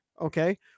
Okay